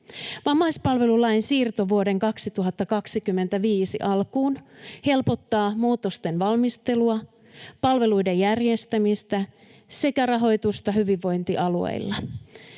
Vammaispalvelulain siirto vuoden 2025 alkuun helpottaa muutosten valmistelua, palveluiden järjestämistä sekä rahoitusta hyvinvointialueilla,